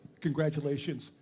Congratulations